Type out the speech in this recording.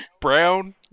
brown